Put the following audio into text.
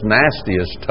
nastiest